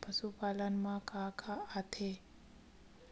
पशुपालन मा का का आथे?